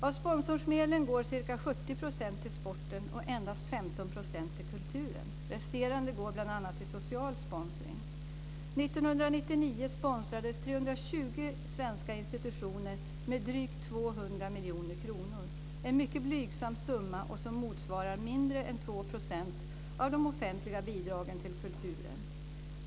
Av sponsorsmedlen går ca 70 % till sporten och endast 15 % till kulturen. Resterande går bl.a. till social sponsring. 1999 sponsrades 320 svenska institutioner med drygt 200 miljoner kronor - en mycket blygsam summa som motsvarar mindre än 2 % av de offentliga bidragen till kulturen.